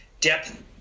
depth